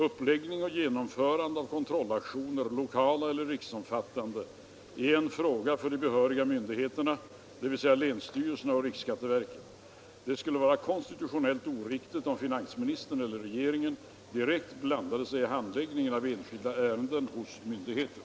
Uppläggning och genomförande av kontrollaktioner — lokala eller riksomfattande — är en fråga för de behöriga myndigheterna, dvs. länsstyrelserna och riksskatteverket. Det skulle vara konstitutionellt oriktigt om finansministern eller regeringen direkt blandade sig i handläggningen av enskilda ärenden hos myndigheter.